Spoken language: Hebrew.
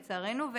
לצערנו.